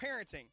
parenting